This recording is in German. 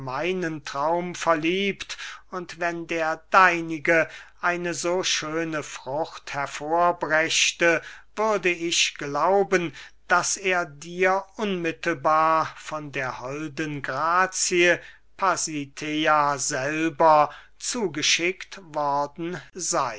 traum verliebt und wenn der deinige eine so schöne frucht hervorbrächte würde ich glauben daß er dir unmittelbar von der holden grazie pasithea selber zugeschickt worden